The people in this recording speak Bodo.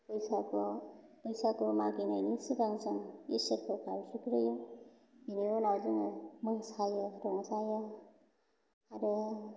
बैसागुआव बैसागु मागिनायनि सिगां जों इसोरखौ गाबज्रिग्रोयो बेनि उनाव जोङो मोसायो रंजायो आरो